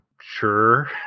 Sure